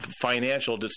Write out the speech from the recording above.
financial